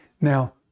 Now